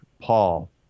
Paul